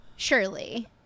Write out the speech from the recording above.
surely